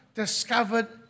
discovered